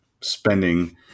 spending